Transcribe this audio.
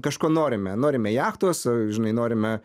kažko norime norime jachtos žinai norime